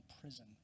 prison